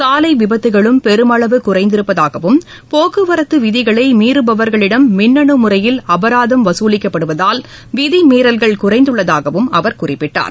சாலை விபத்துகளும் பெருமளவு குறைந்திருப்பதாகவம் போக்குவரத்து விதிகளை மீறுபவர்களிடம் மின்னு முறையில் அபராதம் வசூலிக்கப்படுவதால் விதிமீறல்கள் குறைந்துள்ளதாகவும் அவர் குறிப்பிட்டார்